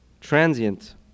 transient